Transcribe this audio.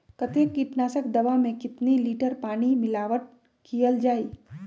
कतेक किटनाशक दवा मे कितनी लिटर पानी मिलावट किअल जाई?